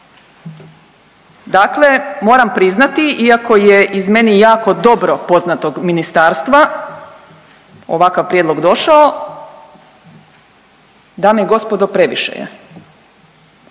Dakle, moram priznati iako je iz meni jako dobro poznatog ministarstva ovakav prijedlog došao, dame i gospodo previše je.